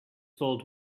filled